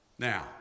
Now